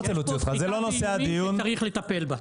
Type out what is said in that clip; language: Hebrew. יש פה סחיטה באיומים שצריך לטפל בה.